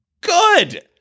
good